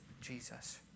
Jesus